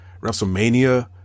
WrestleMania